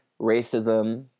racism